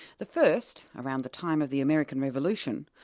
the first, around the time of the american revolution,